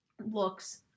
looks